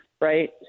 right